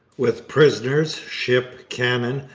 with prisoners, ship, cannon,